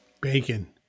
Bacon